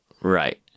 right